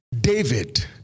David